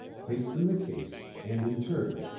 placed them in a case and, in turn,